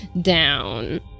down